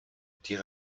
tir